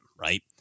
right